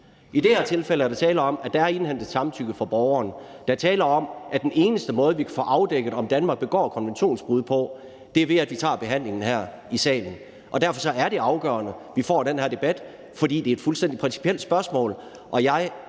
er der tale om, at der er indhentet samtykke fra borgeren. Der er tale om, at den eneste måde, vi kan få afdækket, om Danmark begår konventionsbrud, på, er, ved at vi tager behandlingen her i salen, og derfor er det afgørende, at vi får den her debat, for det er et fuldstændig principielt spørgsmål.